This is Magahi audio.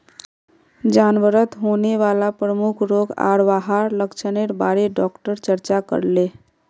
जानवरत होने वाला प्रमुख रोग आर वहार लक्षनेर बारे डॉक्टर चर्चा करले